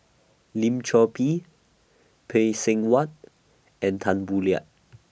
Lim Chor Pee Phay Seng Whatt and Tan Boo Liat